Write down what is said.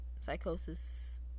Psychosis